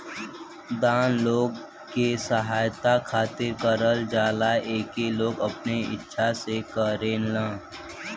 दान लोग के सहायता खातिर करल जाला एके लोग अपने इच्छा से करेलन